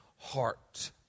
heart